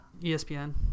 ESPN